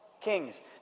kings